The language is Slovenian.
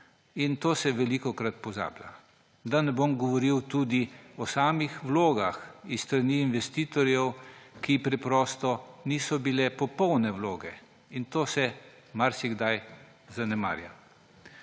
In to se velikokrat pozablja. Da ne bom govoril tudi o samih vlogah s strani investitorjev, ki preprosto niso bile popolne vloge; in to se marsikdaj zanemarja.